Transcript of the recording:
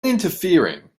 interfering